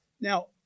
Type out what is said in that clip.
Now